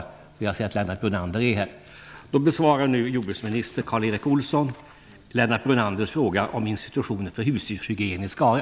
Jag ser att Lennart Brunander är här. Då besvarar jordbruksminister Karl Erik Ols son Lennart Brunanders fråga om institutionen för husdjurshygien i Skara.